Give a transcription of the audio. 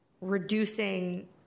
reducing